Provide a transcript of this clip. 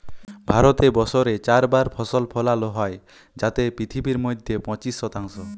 ভারতে বসরে চার বার ফসল ফলালো হ্যয় যাতে পিথিবীর মইধ্যে পঁচিশ শতাংশ